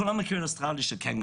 כולם מכירים את הקנגורו,